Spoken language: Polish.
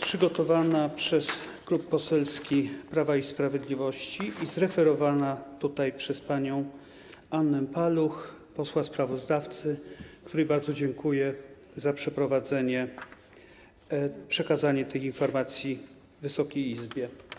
przygotowana przez klub poselski Prawa i Sprawiedliwości i zreferowana tutaj przez panią Annę Paluch, posła sprawozdawcę, której bardzo dziękuję za przekazanie tych informacji Wysokiej Izbie.